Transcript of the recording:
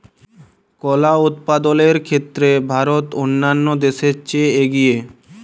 কলা উৎপাদনের ক্ষেত্রে ভারত অন্যান্য দেশের চেয়ে এগিয়ে